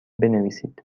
بنویسید